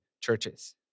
churches